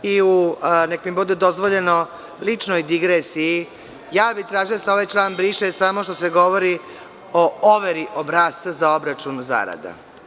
I u, nek mi bude dozvoljeno, ličnoj digresiji, ja bi tražila da se ovaj član briše samo što se govori o overi obrasca za obračun zarada.